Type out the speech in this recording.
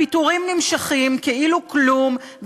הפיטורים נמשכים כאילו כלום,